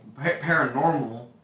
paranormal